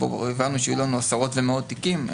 שהבנו שיהיו לנו עשרות ומאות תיקים,